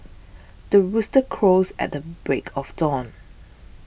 the rooster crows at the break of dawn